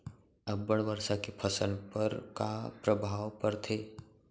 अब्बड़ वर्षा के फसल पर का प्रभाव परथे?